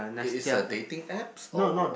it is a dating apps or